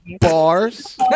Bars